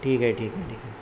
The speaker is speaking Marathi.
ठीक आहे ठीक आहे ठीक आहे